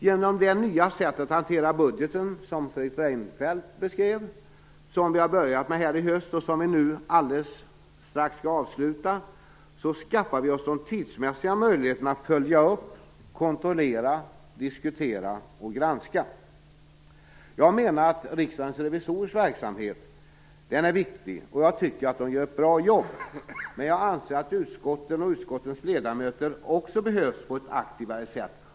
Genom det nya sätt att hantera budgeten - som Fredrik Reinfeldt beskrev - som vi börjat med här i höst, och som vi nu alldels strax skall avsluta, skaffar vi oss de tidsmässiga möjligheterna att följa upp, kontrollera, diskutera och granska. Jag menar att Riksdagens revisorers verksamhet är viktig och jag tycker de gör ett bra jobb. Men jag anser att utskotten och utskottens ledamöter också behövs på ett aktivare sätt.